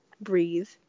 breathe